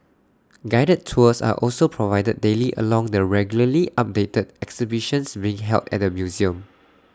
guided tours are also provided daily along the regularly updated exhibitions being held at the museum